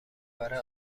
برای